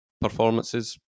performances